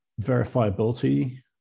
verifiability